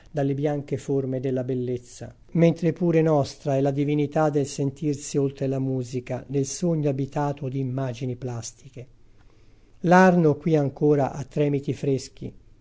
dalle bianche forme della bellezza mentre pure nostra è la divinità del sentirsi oltre la musica nel sogno abitato di immagini plastiche l'arno qui ancora ha tremiti freschi